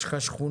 יש לך שכונה,